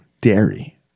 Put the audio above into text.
Dairy